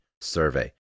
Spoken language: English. survey